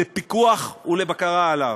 לפיקוח ולבקרה עליו.